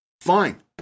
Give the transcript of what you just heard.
Fine